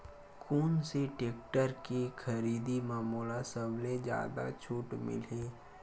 कोन से टेक्टर के खरीदी म मोला सबले जादा छुट मिलही?